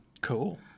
Cool